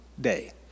day